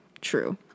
true